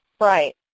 Right